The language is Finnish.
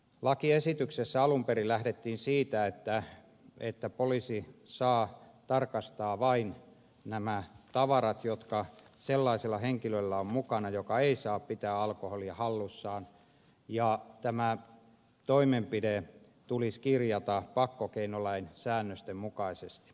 lakiesityksessä alun perin lähdettiin siitä että poliisi saa tarkastaa vain nämä tavarat jotka sellaisella henkilöllä on mukana joka ei saa pitää alkoholia hallussaan ja tämä toimenpide tulisi kirjata pakkokeinolain säännösten mukaisesti